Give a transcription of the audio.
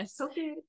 Okay